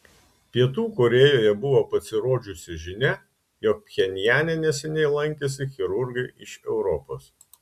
pietų korėjoje buvo pasirodžiusi žinia jog pchenjane neseniai lankėsi chirurgai iš europos